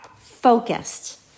focused